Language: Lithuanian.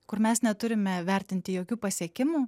kur mes neturime vertinti jokių pasiekimų